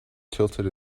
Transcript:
tilted